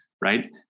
right